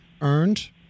earned